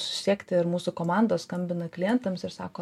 susisiekti ir mūsų komandos skambina klientams ir sako